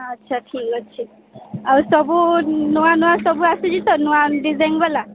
ଆଚ୍ଛା ଠିକ୍ ଅଛି ଆଉ ସବୁ ନୂଆ ନୂଆ ସବୁ ଆସୁଛି ସାର୍ ନୂଆ ଡିଜାଇନ୍ ବାଲା